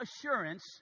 assurance